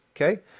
Okay